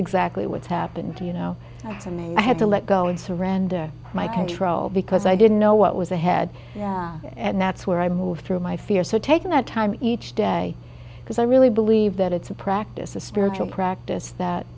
exactly what's happened to you know to me i had to let go and surrender my control because i didn't know what was ahead and that's where i moved through my fear so taking that time each day because i really believe that it's a practice a spiritual practice that